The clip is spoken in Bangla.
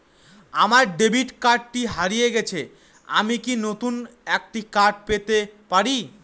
আমার ডেবিট কার্ডটি হারিয়ে গেছে আমি কি নতুন একটি কার্ড পেতে পারি?